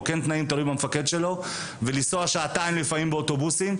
ולנסוע שעתיים באוטובוסים,